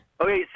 Okay